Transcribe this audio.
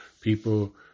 people